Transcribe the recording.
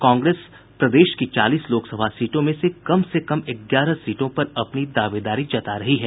कांग्रेस प्रदेश की चालीस लोकसभा सीटों में से कम से कम ग्यारह सीटों पर अपनी दावेदारी जता रही है